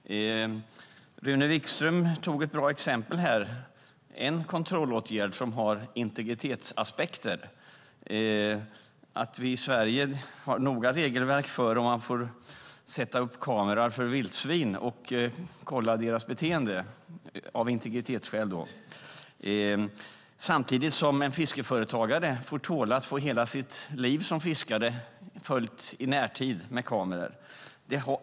Rune Wikström tog upp ett bra exempel här. Det gäller en kontrollåtgärd som har integritetsaspekter. I Sverige har vi regelverk för när man får sätta upp kameror för att kolla vildsvins beteenden, av integritetsskäl. Samtidigt får en fiskeföretagare tåla att få hela sitt liv som fiskare följt i närtid med kameror.